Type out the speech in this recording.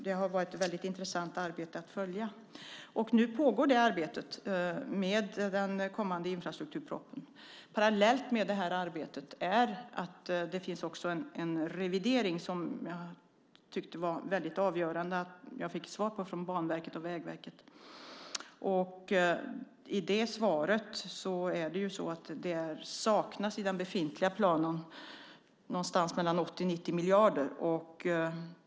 Det har varit ett väldigt intressant arbete att följa. Nu pågår arbetet med den kommande infrastrukturpropositionen. Parallellt med det här arbetet pågår en revidering som jag tyckte det var väldigt avgörande att jag fick besked om från Banverket och Vägverket. I det svaret framgår att det i den befintliga planen saknas någonstans mellan 80 och 90 miljarder.